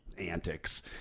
antics